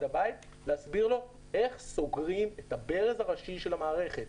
הבית ולהסביר לו איך סוגרים את הברז הראשי של המערכת.